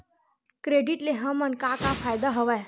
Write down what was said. Credit ले हमन का का फ़ायदा हवय?